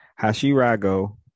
Hashirago